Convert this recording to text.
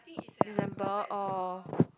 December or